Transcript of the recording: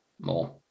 more